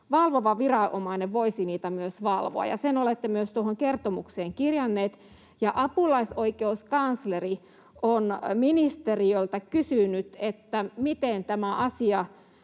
valvova viranomainen voisi niitä myös valvoa, ja sen olette myös tuohon kertomukseen kirjanneet. Apulaisoikeuskansleri on ministeriöltä kysynyt, miten tämä asia